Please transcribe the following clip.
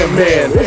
man